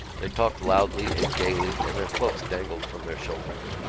they talked loudly and gaily and their cloaks dangled from their shoulders.